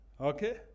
Okay